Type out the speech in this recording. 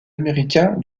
américain